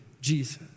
Jesus